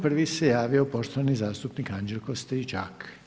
Prvi se javio poštovani zastupnik Anđelko STričak.